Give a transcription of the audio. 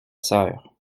sœur